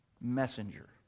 messenger